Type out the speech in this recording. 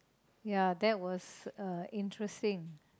ya that was uh interesting